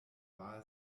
war